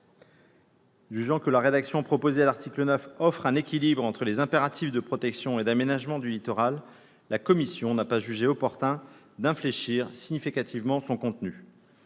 Jugeant que la rédaction proposée à l'article 9 offre un équilibre entre les impératifs de protection et d'aménagement du littoral, la commission n'a pas jugé opportun d'infléchir significativement son contenu.